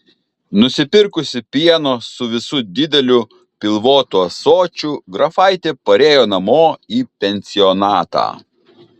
nusipirkusi pieno su visu dideliu pilvotu ąsočiu grafaitė parėjo namo į pensionatą